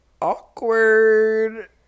awkward